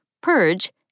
Purge